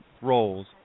roles